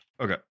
okay